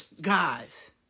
guys